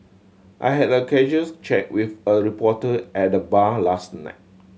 Ihad a casuals chat with a reporter at the bar last night